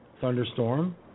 Thunderstorm